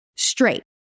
straight